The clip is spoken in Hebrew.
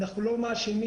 אנחנו לא מאשימים.